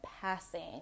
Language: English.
passing